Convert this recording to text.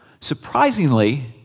Surprisingly